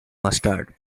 mustard